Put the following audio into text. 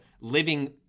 living